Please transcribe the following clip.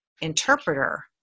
interpreter